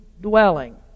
dwelling